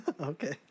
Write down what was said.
Okay